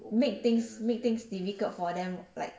make things make things difficult for them like